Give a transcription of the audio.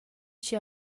chi